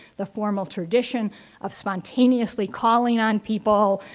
the formal tradition of spontaneously calling on people,